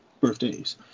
birthdays